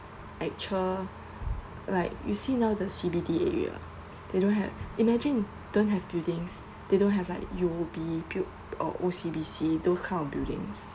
actual like like you see now the C_B_D area they don't have imagine don't have buildings they don't have like U_O_B build~ or O_C_B_C those kind of buildings